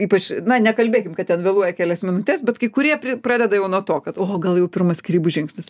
ypač na nekalbėkim kad ten vėluoja kelias minutes bet kai kurie pradeda jau nuo to kad oho gal jau pirmas skyrybų žingsnis